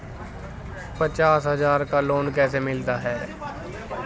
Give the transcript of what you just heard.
पचास हज़ार का लोन कैसे मिलता है?